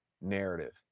narrative